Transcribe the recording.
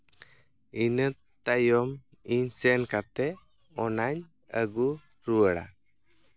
ᱤᱱᱟᱹ ᱛᱟᱭᱚᱢ ᱤᱧ ᱥᱮᱱ ᱠᱟᱛᱮᱫ ᱚᱱᱟᱧ ᱟᱹᱜᱩ ᱨᱩᱣᱟᱹᱲᱟ